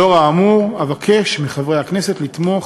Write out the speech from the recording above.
לאור האמור, אבקש מחברי הכנסת לתמוך